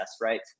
right